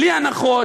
בלי הנחות,